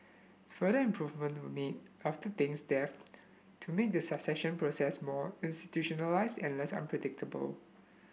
further improvements were made after Deng's death to make the succession process more institutionalized and less unpredictable